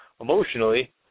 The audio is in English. emotionally